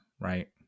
right